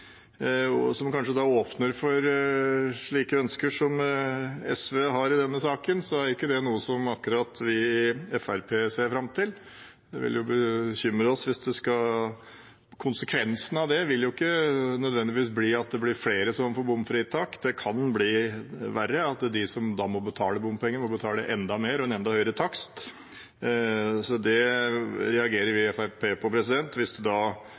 som kanskje åpner for slike ønsker som SV har i denne saken, er ikke det noe vi i Fremskrittspartiet akkurat ser fram til. Det vil bekymre oss, og konsekvensen av det vil ikke nødvendigvis bli at det blir flere som får bompengefritak. Det kan bli verre, at de som må betale bompenger, må betale enda mer, en enda høyere takst. Det reagerer vi i Fremskrittspartiet på. Hvis det